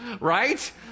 right